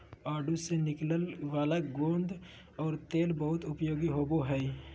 आडू से निकलय वाला गोंद और तेल बहुत उपयोगी होबो हइ